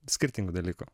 skirtingų dalykų